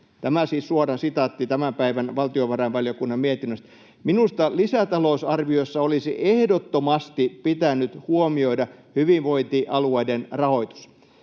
Tämä siis suora sitaatti tämän päivän valtiovarainvaliokunnan mietinnöstä. Minusta lisätalousarviossa olisi ehdottomasti pitänyt huomioida hyvinvointialueiden rahoitus.